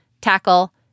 tackle